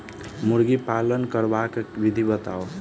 मुर्गी पालन करबाक विधि बताऊ?